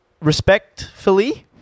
Respectfully